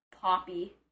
Poppy